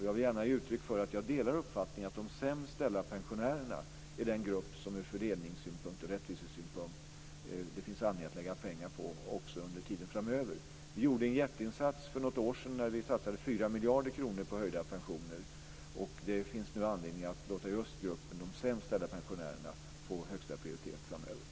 Jag vill gärna ge uttryck för att jag delar uppfattningen att de sämst ställda pensionärerna är den grupp som det ur fördelningssynpunkt och ur rättvisesynpunkt finns anledning att lägga pengar på också under tiden framöver. Vi gjorde en jätteinsats för något år sedan när vi satsade 4 miljarder kronor på höjda pensioner, och det finns nu anledning att låta just gruppen de sämst ställda pensionärerna få högsta prioritet framöver.